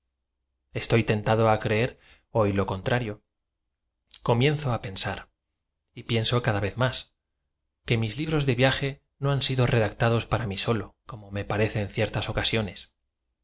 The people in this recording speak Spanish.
estoy tentado á creer h oy lo contrario comienzo á pensar y pienso cada v e z más qae mis libros de via je no han sido redactados para mi solo como me parece en ciertas ocasiones